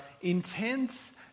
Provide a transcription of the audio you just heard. intense